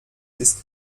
ist